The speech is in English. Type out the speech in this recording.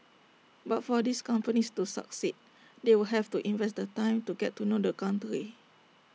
but for these companies to succeed they will have to invest the time to get to know the country